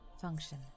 Function